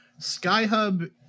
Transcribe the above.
Skyhub